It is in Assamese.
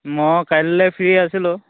মই কাইলে ফ্ৰী আছিলোঁ